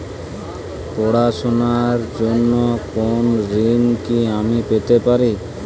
পড়াশোনা র জন্য কোনো ঋণ কি আমি পেতে পারি?